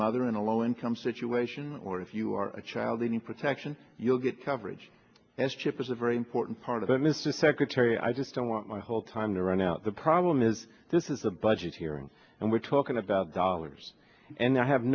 mother in a low income situation or if you are a child they need protection you'll get coverage as chip is a very important part of it mr secretary i just don't want my whole time to run out the problem is this is a budget hearing and we're talking about dollars and i have